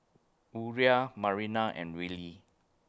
Uriah Marina and Willy